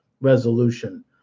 resolution